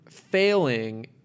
failing